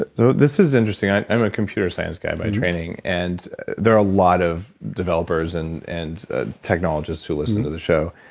but so, this is interesting. i'm a computer science guy by training, and there are a lot of developers and and ah technologists who listen to the show.